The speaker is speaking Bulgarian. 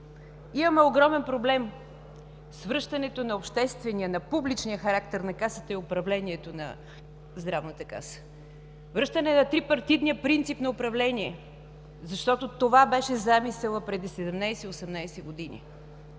Имаме огромен проблем с връщането на обществения, на публичния характер на Касата и управлението на Здравната каса. Връщане на трипартитния принцип на управление, защото това беше замисълът преди 17-18 години.